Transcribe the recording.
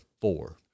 four